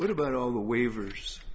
what about all the waivers